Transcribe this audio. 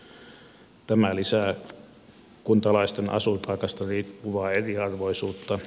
tämä lisää kuntalaisten asuinpaikasta riippuvaa eriarvoisuutta